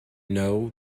know